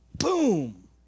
Boom